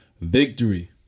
victory